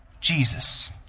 Jesus